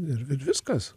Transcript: ir ir viskas